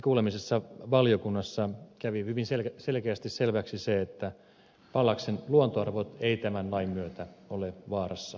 asiantuntijakuulemisessa valiokunnassa kävi hyvin selkeästi selväksi se että pallaksen luontoarvot eivät tämän lain myötä vaarannu